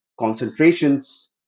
concentrations